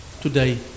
today